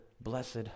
blessed